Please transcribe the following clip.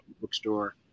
bookstore